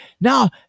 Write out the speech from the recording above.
now